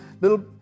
little